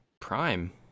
prime